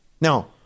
now